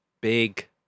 Big